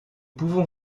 pouvons